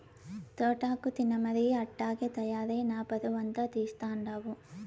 తోటాకు తినమరిగి అట్టాగే తయారై నా పరువంతా తీస్తండావు